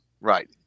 Right